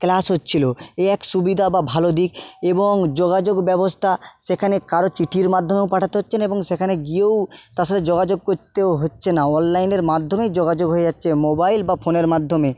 class হচ্ছিলো এ এক সুবিধা বা ভালো দিক এবং যোগাযোগ ব্যবস্থা সেখানে কারোর চিঠির মাধ্যমেও পাঠাতে হচ্ছে না এবং সেখানে গিয়েও তার সাথে যোগাযোগ করতেও হচ্ছে না অনলাইনের মাধ্যমে যোগাযোগ হয়ে যাচ্ছে মোবাইল বা ফোনের মাধ্যমে